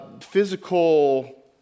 physical